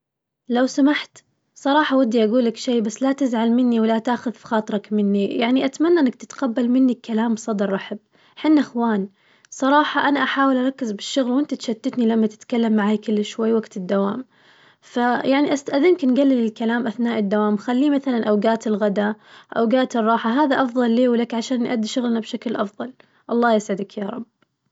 لو سمحت صراحة ودي أقولك شي بس لا تزعل مني ولا تاخذ في خاطرك مني يعني أتمنى إنك تتقبل مني الكلام بصدر رحب، حنا إخوان صراحة أنا أحاول أركز في الشغل وأنت تشتتني لما تتكلم معاي كل شوي وقت الدوام، فيعني أستأذنك نقلل الكلام أثناء الدوام وخليه مثلاً أوقات الغدا، أوقات الراحة هذا أفضل لي ولك عشان نأدي شغلنا بشكل أفضل، الله يسعدك يارب.